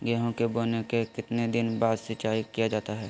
गेंहू के बोने के कितने दिन बाद सिंचाई किया जाता है?